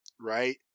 Right